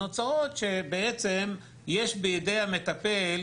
שיש בידי המטפל